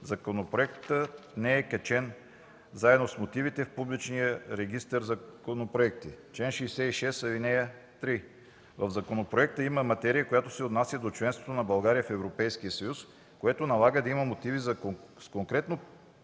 законопроектът не е качен заедно с мотивите в публичен регистър „Законопроекти”; чл. 66, ал. 3 – в законопроекта има материя, която се отнася до членството на България в Европейския съюз, което налага да има мотиви с конкретно